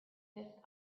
fifth